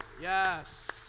Yes